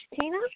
Tina